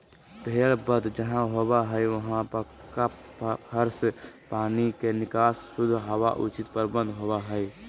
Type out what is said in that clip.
भेड़ वध जहां होबो हई वहां पक्का फर्श, पानी के निकास, शुद्ध हवा के उचित प्रबंध होवअ हई